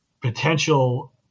potential